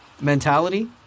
mentality